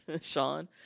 Sean